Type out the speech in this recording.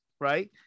right